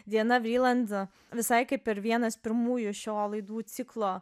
diana vriland visai kaip ir vienas pirmųjų šio laidų ciklo